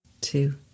two